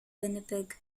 winnipeg